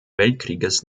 weltkrieges